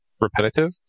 repetitive